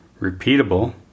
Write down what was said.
repeatable